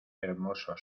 hermoso